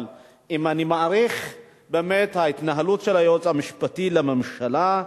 אבל אם אני מעריך באמת את ההתנהלות של היועץ המשפטי לממשלה,